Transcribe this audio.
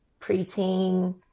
preteen